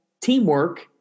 teamwork